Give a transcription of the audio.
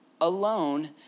alone